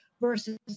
versus